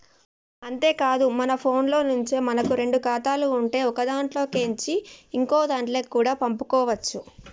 అంతేకాదు మన ఫోన్లో నుంచే మనకు రెండు ఖాతాలు ఉంటే ఒకదాంట్లో కేంచి ఇంకోదాంట్లకి కూడా పంపుకోవచ్చు